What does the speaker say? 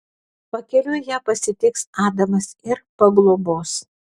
pakeliui ją pasitiks adamas ir paglobos